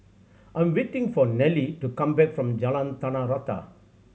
I' m waiting for Nelie to come back from Jalan Tanah Rata